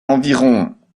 environ